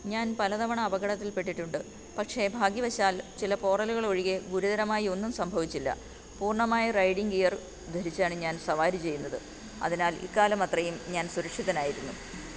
ഞാൻ പല തവണ അപകടത്തിൽ പെട്ടിട്ടുണ്ട് പക്ഷേ ഭാഗ്യവശാൽ ചില പോറലുകൾ ഒഴികെ ഗുരുതരമായി ഒന്നും സംഭവിച്ചില്ല പൂർണ്ണമായ റൈഡിങ് ഗിയർ ധരിച്ചാണ് ഞാൻ സവാരി ചെയ്യുന്നത് അതിനാൽ ഇക്കാലം അത്രയും ഞാൻ സുരക്ഷിതനായിരുന്നു